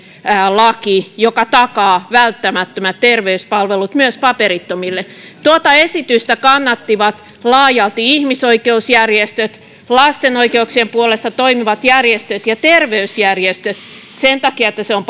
laki joka takaa välttämättömät terveyspalvelut myös paperittomille tuota esitystä kannattivat laajalti ihmisoikeusjärjestöt lasten oikeuksien puolesta toimivat järjestöt ja terveysjärjestöt paitsi sen takia että se on